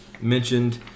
mentioned